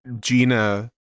Gina